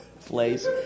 place